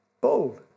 bold